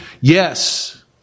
yes